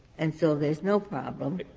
and so there's no problem,